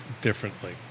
differently